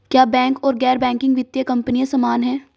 क्या बैंक और गैर बैंकिंग वित्तीय कंपनियां समान हैं?